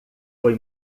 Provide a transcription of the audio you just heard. foi